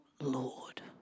Lord